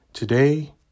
Today